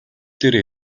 дээрээ